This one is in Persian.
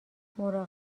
مراقب